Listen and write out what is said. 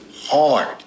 hard